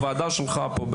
פה בוועדה שלך,